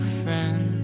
friend